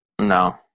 No